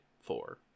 four